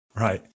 Right